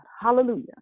Hallelujah